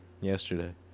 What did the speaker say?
yesterday